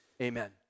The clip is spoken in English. amen